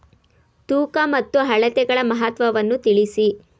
ತೂಕ ಮತ್ತು ಅಳತೆಗಳ ಮಹತ್ವವನ್ನು ತಿಳಿಸಿ?